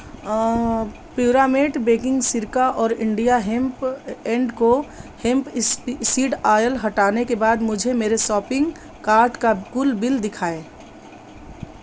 प्युरामेट baking सिरका और India hemp and co hemp seed oil हटाने के बाद मुझे मेरे सोपिंग कार्ट का कुल बिल दिखाएँ